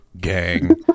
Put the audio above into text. gang